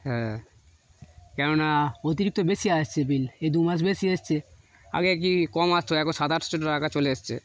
হ্যাঁ কেননা অতিরিক্ত বেশি আসছে বিল এই দু মাস বেশি এসছে আগে কি কম আসতো একো সাত আটশো টাকা চলে এসছে